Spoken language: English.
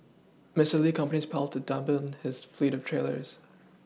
Mister Li's company plans to double has fleet of trailers